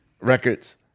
records